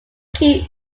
key